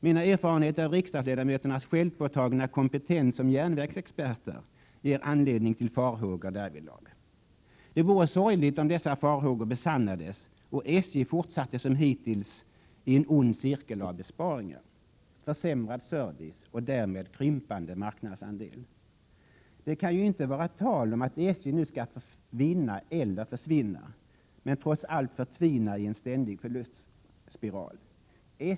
Mina erfarenheter av riksdagsledamöternas självpåtagna kompetens som järnvägsexperter ger anledning till farhågor därvidlag. Det vore sorgligt om dessa farhågor besannades och SJ fortsatte som hittills i en ond cirkel av besparingar, försämrad service och därmed krympande marknadsandel. Det kan ju inte vara tal om att SJ nu skall vinna eller försvinna men trots allt förtvina i en ständig förlustspiral.